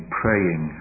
praying